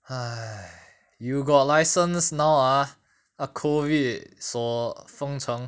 you got license now ah ah COVID 锁封城